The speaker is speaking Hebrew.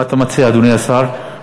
אדוני השר,